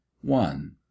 one